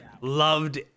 loved